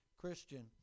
Christian